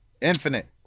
Infinite